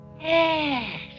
Yes